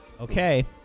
Okay